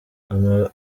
ngoma